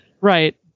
right